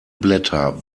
blätter